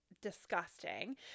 disgusting